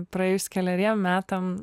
praėjus keleriem metam